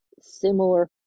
similar